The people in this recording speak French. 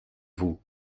vous